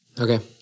Okay